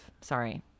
sorry